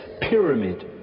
Pyramid